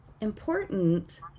important